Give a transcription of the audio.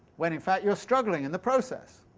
when in fact you're struggling in the process,